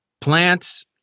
plants